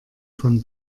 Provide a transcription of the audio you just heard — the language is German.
von